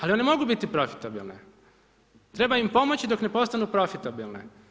Ali one mogu biti profitabilne, treba im pomoći dok ne postanu profitabilne.